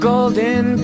golden